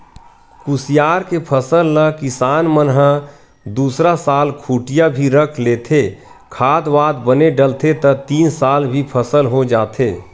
कुसियार के फसल ल किसान मन ह दूसरा साल खूटिया भी रख लेथे, खाद वाद बने डलथे त तीन साल भी फसल हो जाथे